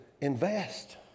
invest